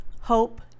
hope